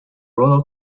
royal